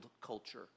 culture